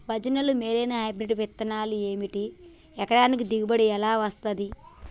భజనలు మేలైనా హైబ్రిడ్ విత్తనాలు ఏమిటి? ఎకరానికి దిగుబడి ఎలా వస్తది?